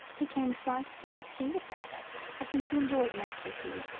he came twice to have tea with baba i think he enjoyed nursery tea,